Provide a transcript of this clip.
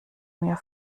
mir